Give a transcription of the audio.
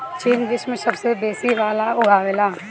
चीन विश्व में सबसे बेसी बांस उगावेला